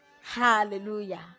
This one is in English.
Hallelujah